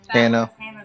Hannah